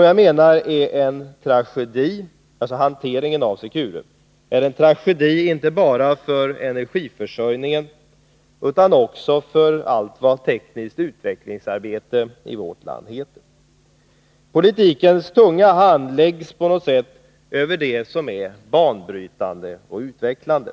Jag anser att hanteringen av Secure är en tragedi —- inte bara med tanke på energiförsörjningen, utan också med tanke på allt vad tekniskt utvecklingsarbete i vårt land heter. Politikens tunga hand läggs på något sätt över det som är banbrytande och utvecklande.